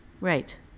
Right